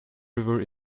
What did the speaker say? river